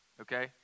okay